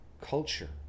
culture